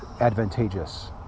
advantageous